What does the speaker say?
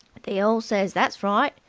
they all says that's right,